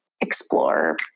explore